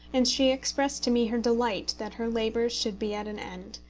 and she expressed to me her delight that her labours should be at an end,